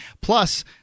Plus